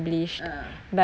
uh ah